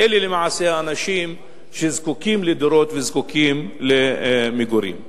אלה למעשה האנשים שזקוקים לדירות וזקוקים למגורים.